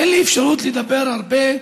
אין לי אפשרות לדבר הרבה,